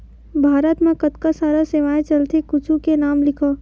भारत मा कतका सारा सेवाएं चलथे कुछु के नाम लिखव?